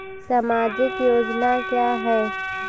सामाजिक योजना क्या है?